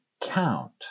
count